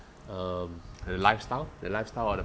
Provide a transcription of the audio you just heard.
um lifestyle the lifestyle of the